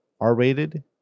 R-rated